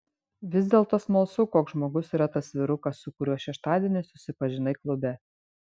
vis dėlto smalsu koks žmogus yra tas vyrukas su kuriuo šeštadienį susipažinai klube